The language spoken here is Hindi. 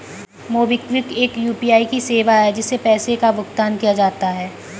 मोबिक्विक एक यू.पी.आई की सेवा है, जिससे पैसे का भुगतान किया जाता है